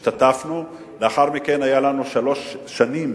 השתתפנו, ולאחר מכן היו לנו שלוש שנים